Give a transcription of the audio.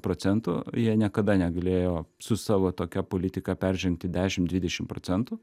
procentų jie niekada negalėjo su savo tokia politika peržengti dešim dvidešim procentų